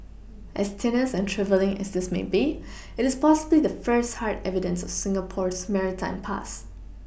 as tenuous and trifling as this may be it is possibly the first hard evidence of Singapore's maritime past